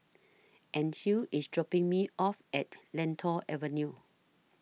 Ancil IS dropping Me off At Lentor Avenue